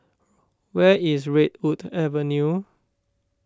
where is Redwood Avenue